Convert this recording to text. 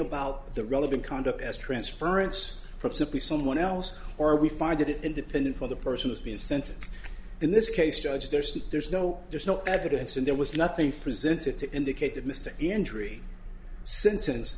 about the relevant conduct as transference from simply someone else or we find that independent of the person has been sentenced in this case judge there says there's no there's no evidence and there was nothing presented to indicate that mr injury sentence